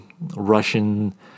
russian